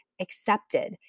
accepted